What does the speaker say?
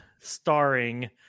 starring